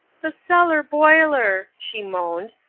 the cellar boiler she moaned,